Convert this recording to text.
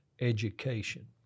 education